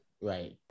right